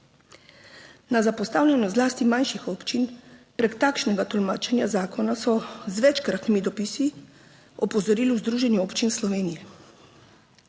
Na zapostavljenost zlasti manjših občin preko takšnega tolmačenja zakona so z večkratnimi dopisi opozorili v Združenju občin Slovenije.